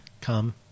Come